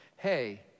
Hey